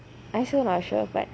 I also not sure but